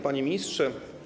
Panie Ministrze!